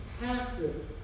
passive